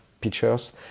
pictures